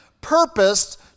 purposed